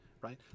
Right